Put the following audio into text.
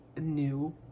new